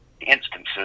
instances